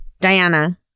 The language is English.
Diana